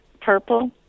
purple